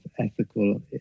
ethical